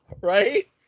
right